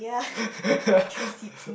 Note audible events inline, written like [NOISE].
[LAUGHS]